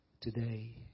today